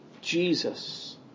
Jesus